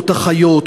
לאחיות,